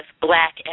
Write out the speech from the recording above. black